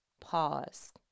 pause